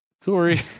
Sorry